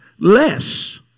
less